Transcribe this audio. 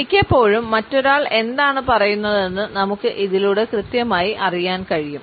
മിക്കപ്പോഴും മറ്റൊരാൾ എന്താണ് പറയുന്നതെന്ന് നമുക്ക് ഇതിലൂടെ കൃത്യമായി അറിയാൻ കഴിയും